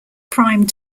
prime